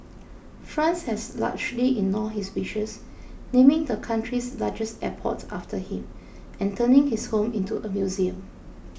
France has largely ignored his wishes naming the country's largest airport after him and turning his home into a museum